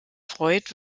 freud